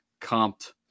Compt